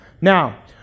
Now